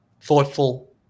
thoughtful